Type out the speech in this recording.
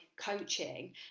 coaching